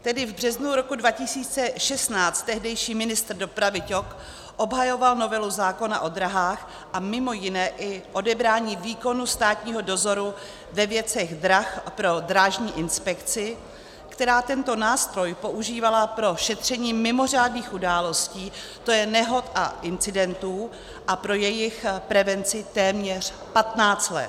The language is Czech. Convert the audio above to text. Tedy v březnu roku 2016 tehdejší ministr dopravy Ťok obhajoval novelu zákona o dráhách a mimo jiné i odebrání výkonu státního dozoru ve věcech drah pro Drážní inspekci, která tento nástroj používala pro šetření mimořádných událostí, tj. nehod a incidentů, a pro jejich prevenci téměř patnáct let.